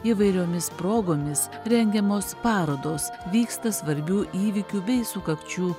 įvairiomis progomis rengiamos parodos vyksta svarbių įvykių bei sukakčių